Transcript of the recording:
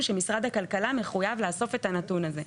שמשרד הכלכלה מחויב לאסוף את הנתון הזה.